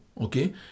okay